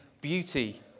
beauty